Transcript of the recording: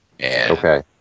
Okay